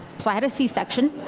so i had a c-section.